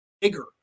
bigger